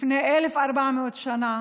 לפני 1,400 שנה